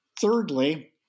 Thirdly